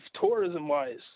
tourism-wise